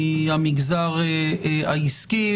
מהמגזר העסקי,